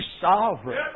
sovereign